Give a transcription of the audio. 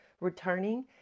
returning